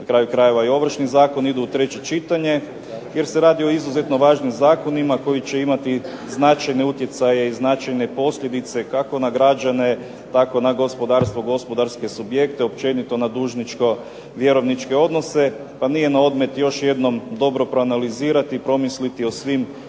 na kraju krajeva i Ovršni zakon, idu u treće čitanje jer se radi o izuzetno važnim zakonima koji će imati značajne utjecaje i značajne posljedice kako na građane tako na gospodarstvo, gospodarske subjekte, općenito na dužničko vjerovničke odnose pa nije na odmet još jednom dobro proanalizirati i promisliti o svim